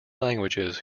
languages